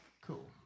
Cool